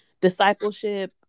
discipleship